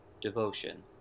Devotion